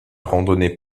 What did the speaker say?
randonnée